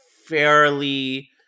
fairly